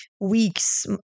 weeks